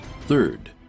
Third